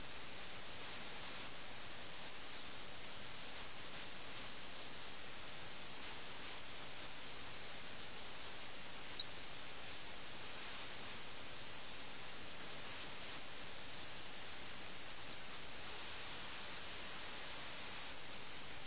അങ്ങനെ അവൻ തുടർച്ചയായി മൂന്ന് തവണ തോറ്റു അവൻ അത്ര സന്തോഷവാനല്ല അടുത്ത കളിയിലും അവൻ തോൽവിയുടെ വക്കിലാണ് ഇത് കഥയുടെ ക്ലൈമാക്സിലേക്ക് കൊണ്ടുപോകുന്നു